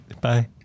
Bye